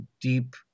deep